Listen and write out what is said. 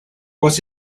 was